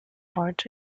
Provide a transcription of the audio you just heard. heart